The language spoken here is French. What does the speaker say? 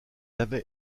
avait